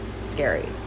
scary